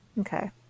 Okay